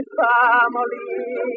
family